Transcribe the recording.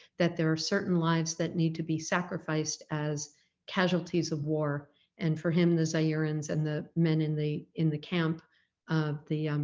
that there are certain lives that need to be sacrificed as casualties of war and for him the zaireans and the men in the in the camp of the